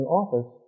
office